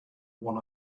one